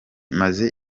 maze